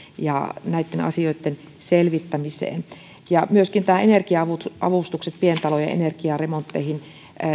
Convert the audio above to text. ja näitten asioitten selvittämiseen myöskin on energia avustukset pientalojen energiaremontteihin